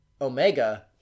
Omega